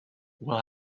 will